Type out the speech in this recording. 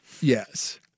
Yes